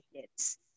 kids